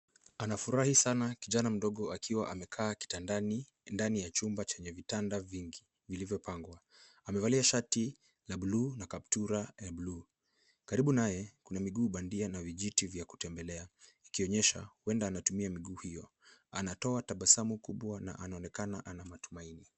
Anafurahi sana kijana mdogo akiwaamekaa kitandani ndani ya chumba chenye vitanda vingi vilivyopangwa. Amevalia shati la bluu na kaptura ya bluu karibu naye kuna miguu bandia na vijiti vya kutembelea ikionyesha huenda anatumia miguu hiyo. anatoa tabasamu kubwa na anaonekana ana matumaini.